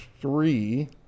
three